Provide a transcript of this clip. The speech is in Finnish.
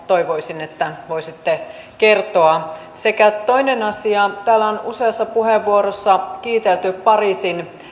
toivoisin että tästä voisitte kertoa sekä toinen asia täällä on useassa puheenvuorossa kiitelty pariisin